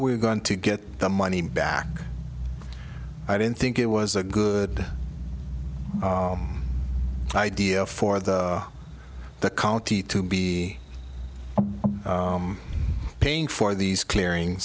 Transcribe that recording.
we're going to get the money back i didn't think it was a good idea for the the county to be paying for these clearing